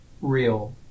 real